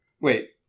Wait